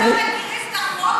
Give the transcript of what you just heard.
אתם לא מכירים את החוק שחוקקתם?